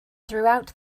throughout